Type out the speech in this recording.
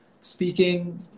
speaking